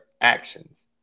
actions